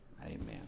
Amen